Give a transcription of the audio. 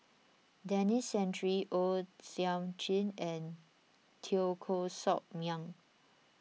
Denis Santry O Thiam Chin and Teo Koh Sock Miang